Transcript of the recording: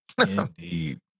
Indeed